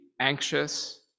anxious